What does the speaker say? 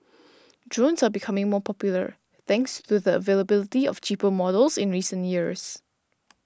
drones are becoming more popular thanks to the availability of cheaper models in recent years